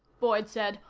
boyd said.